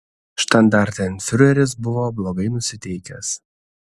štandartenfiureris buvo blogai nusiteikęs